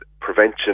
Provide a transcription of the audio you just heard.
prevention